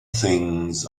things